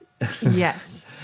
Yes